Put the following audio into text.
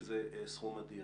שזה סכום אדיר.